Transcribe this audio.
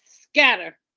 scatter